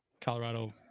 colorado